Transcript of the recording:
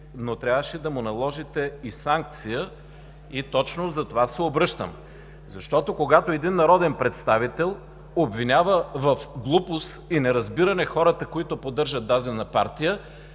но трябваше да му наложите и санкция. Точно заради това се обръщам. Защото, когато един народен представител обвинява в глупост и неразбиране хората, които поддържат дадена партия,